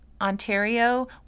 Ontario